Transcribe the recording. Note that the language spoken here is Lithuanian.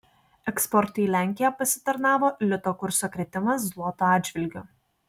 eksportui į lenkiją pasitarnavo lito kurso kritimas zloto atžvilgiu